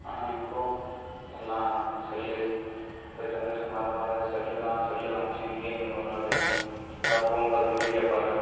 ஆனால் இப்போது எல்லாம் செல் இப்போது ஜெனரேஷன் மாற மாற செல் தான் செல் காமித்து கேம் விளாடு இந்தா ஃபோன் பார்த்து வீடியோ பார்